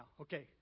Okay